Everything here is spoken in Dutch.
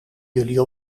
jullie